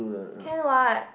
can what